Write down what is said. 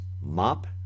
mop